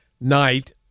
night